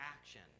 action